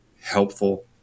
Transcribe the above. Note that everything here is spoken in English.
helpful